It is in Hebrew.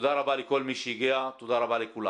תודה רבה לכל מי שהגיע, תודה רבה לכולם.